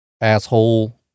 asshole